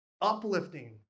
uplifting